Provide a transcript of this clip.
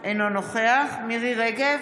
אינו נוכח מירי מרים רגב,